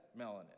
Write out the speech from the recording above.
melanin